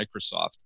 Microsoft